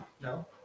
No